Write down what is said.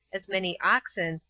as many oxen,